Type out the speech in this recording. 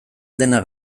dena